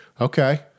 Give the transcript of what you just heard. Okay